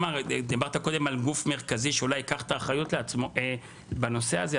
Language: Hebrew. דיברת קודם על גוף מרכזי שאולי ייקח את האחריות לעצמו בנושא הזה,